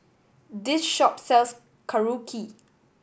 this shop sells Korokke